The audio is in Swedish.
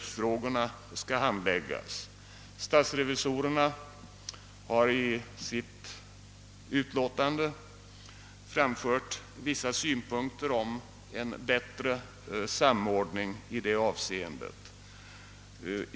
Statsrevisorerna har i sitt utlåtande framfört vissa synpunkter om en bättre samordning i det avseendet.